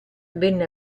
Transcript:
venne